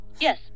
Yes